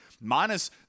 Minus